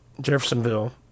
Jeffersonville